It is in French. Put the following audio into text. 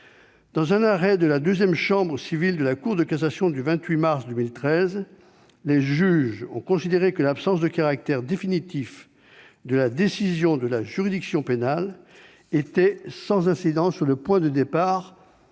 Dans un arrêt de la deuxième chambre civile de la Cour de cassation du 28 mars 2013, les juges ont considéré que l'absence de caractère définitif de la décision de la juridiction pénale était sans incidence sur le point de départ du délai